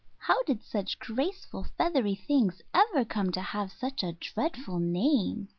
how did such graceful feathery things ever come to have such a dreadful name?